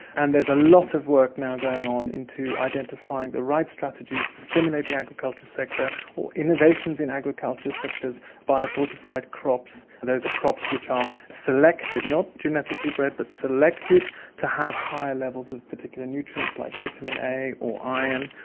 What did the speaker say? and there's a lot of work now going on into identifying the right strategies to stimulate the agriculture sector or innovations in agriculture such as bio-fortified crops. those are crops which are selected, not genetically bred but selected to have higher levels of particular nutrients like vitamin a or iron,